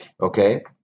Okay